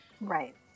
Right